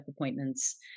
appointments